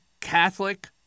Catholic